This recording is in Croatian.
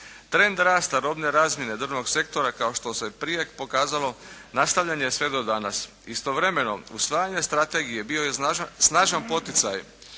Trend rasta robne razmjene drvnog sektora kao što se prije pokazalo, nastavljen je sve do danas. Istovremeno usvajanje strategije bio je snažan poticaj